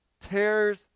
tears